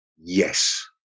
Yes